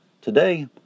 Today